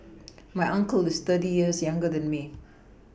my uncle is thirty years younger than me